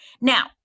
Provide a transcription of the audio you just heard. now